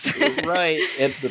Right